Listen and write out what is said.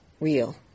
real